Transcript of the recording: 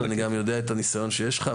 ואני גם יודע על הניסיון שיש לך,